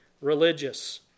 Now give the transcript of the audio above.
religious